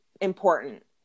important